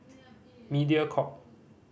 Mediacorp